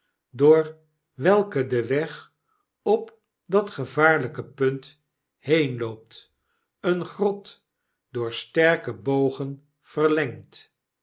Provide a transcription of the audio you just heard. door welke de weg op dat gevaarlijke punt heenloopt eene grot door sterke bogen verlengd